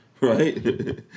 right